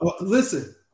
Listen